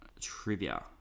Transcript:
trivia